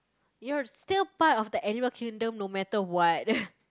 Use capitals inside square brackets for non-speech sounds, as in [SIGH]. you're still part of the animal kingdom no matter what [BREATH]